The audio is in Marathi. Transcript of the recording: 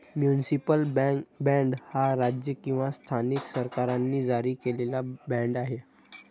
म्युनिसिपल बाँड हा राज्य किंवा स्थानिक सरकारांनी जारी केलेला बाँड आहे